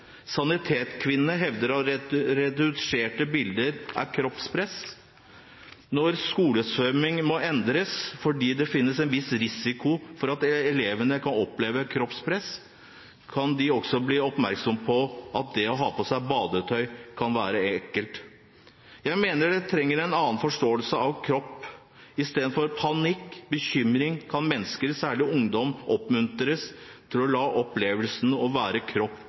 Sanitetskvinnene hevder at retusjerte bilder er kroppspress. Når skolesvømmingen må endres fordi det finnes en viss risiko for at elevene kan oppleve kroppspress, kan de også bli oppmerksomme på at det å ha på seg badetøy kan være ekkelt. Jeg mener man trenger en annen forståelse av kropp – i stedet for panikk og bekymring kan mennesker, særlig ungdom, oppmuntres til å oppleve å være kropp